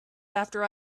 after